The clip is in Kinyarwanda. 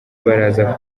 baraza